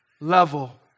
level